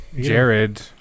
Jared